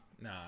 Nah